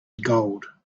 gold